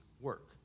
work